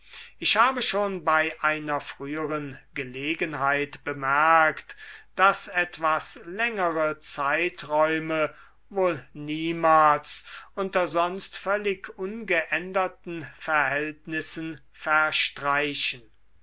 ich habe schon bei einer früheren gelegenheit bemerkt daß etwas längere zeiträume wohl niemals unter sonst völlig ungeänderten verhältnissen verstreichen